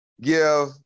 give